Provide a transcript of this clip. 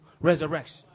resurrection